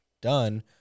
done